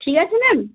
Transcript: ঠিক আছে ম্যাম